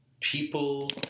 people